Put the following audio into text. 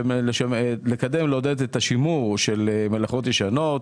לקדם ולעודד את השימור של מלאכות ישנות,